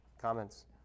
comments